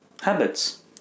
habits